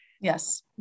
Yes